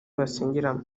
basengeramo